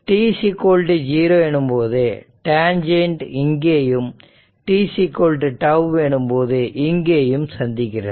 t0 எனும்போது tangent இங்கேயும் t τ எனும்போது இங்கேயும் சந்திக்கிறது